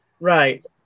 Right